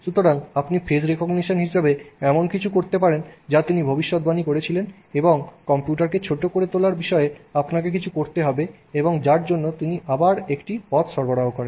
সুতরাং আপনি face recognition হিসাবে এমন কিছু করতে পারেন যা তিনি ভবিষ্যদ্বাণী করেছিলেন এবং কম্পিউটারকে ছোট করে তোলার বিষয়ে আপনাকে কিছু করতে হবে এবং যার জন্য তিনি আবার একটি পথ সরবরাহ করেন